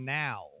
now